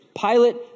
Pilate